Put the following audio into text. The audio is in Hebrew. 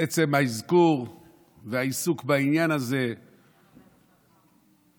שעצם האזכור והעיסוק בעניין הזה ימנע,